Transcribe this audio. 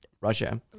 Russia